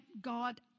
God